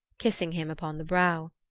kissing him upon the brow.